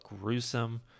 gruesome